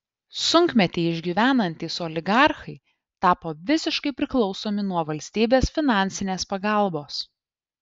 sunkmetį išgyvenantys oligarchai tapo visiškai priklausomi nuo valstybės finansinės pagalbos